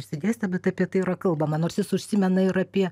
išsidėstę bet apie tai yra kalbama nors jis užsimena ir apie